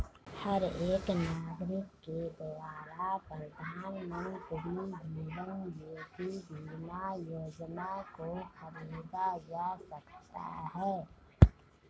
हर एक नागरिक के द्वारा प्रधानमन्त्री जीवन ज्योति बीमा योजना को खरीदा जा सकता है